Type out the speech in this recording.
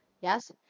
yes